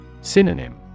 Synonym